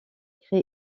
crée